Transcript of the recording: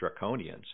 draconians